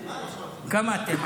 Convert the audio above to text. כמה אתם,